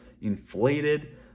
inflated